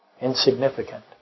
Insignificant